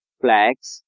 flags